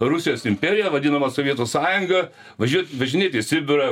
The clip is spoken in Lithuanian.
rusijos imperiją vadinamą sovietų sąjungą važiuot važinėti į sibirą